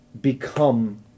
become